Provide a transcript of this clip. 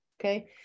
okay